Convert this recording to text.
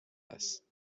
است